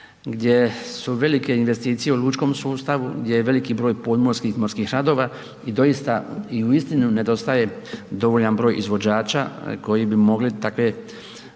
gdje su velike investicije u lučkom sustavu, gdje je veliki broj podmorskih, morskih radova i doista i uistinu nedostaje dovoljan broj izvođača koji bi mogli takve